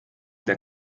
der